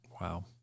Wow